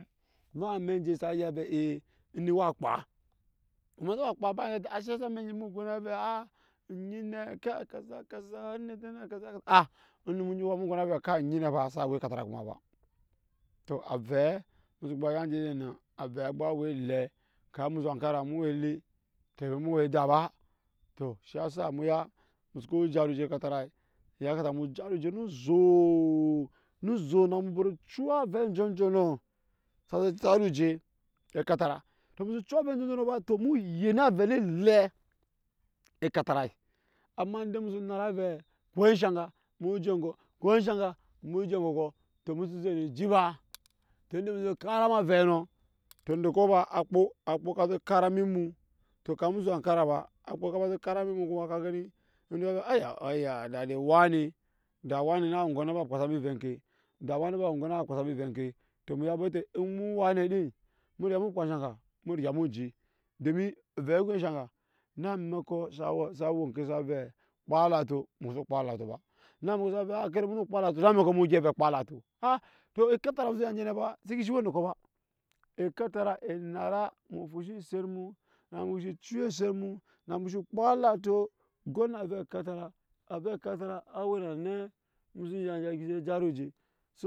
Wa ene enje sa ya ve ee eni wa kpaa, anyi wa kpaa shiyasa amek enyi mu go ave aa, anyi ne kai kaza kaza onite ne kaza kaza ahh anum onyi mu go ne ave kai onyine faa sa we elatara kuma ba, to avee nusu ba ya nje no avee a gba we elem kami musu hankara mu we ele teb mu we eda ba, to shiyasa mu ya, mu suku jara oje ekatarai ya kamata mu jara oje to emu su cu ave anjo noono wa to mu yen ave ne elem ekatarai amek mu je ngo ko ensha aga mu je ŋgɔkɔ tɔ musu si ze ni eji ba tɔ ende musu je kara em ave nɔ tɔ endɔkɔ fa akpo akpo ka ze eme kara eme mu to kami musu ankara ba akpo ka ze eme kara eme ayaa da de wani da wani na we ŋgɔm na be kpasa mbi ovɛ oŋke da wani na we ŋgɔ na ba kpasa mbi ovɛ oŋke tɔ mu ya bete emu wani din mu riga mu kpaa enshe aga mu riga mu je domi ovɛ ko enshe aga vɛ kapam alato musu kpam alato ba na amɛko savɛ aa kede munu kpam alato. aa to ekatara musu ya nje nefa su gish we ndɔkɔ elaatara e nara mu fasha eset mu. ciya eset mu na muci kpuu alato go na avɛ ekatara awe nane musu ya sa geshi je jara oje su